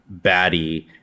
baddie